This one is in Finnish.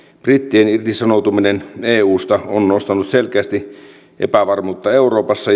brittien irtisanoutuminen eusta on nostanut selkeästi epävarmuutta euroopassa